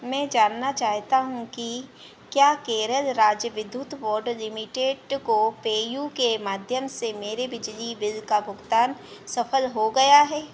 मैं जानना चाहता हूँ कि क्या केरल राज्य विधुत बोर्ड लिमिटेड को पेयू के माध्यम से मेरे बिजली बिल का भुगतान सफल हो गया है